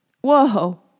Whoa